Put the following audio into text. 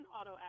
auto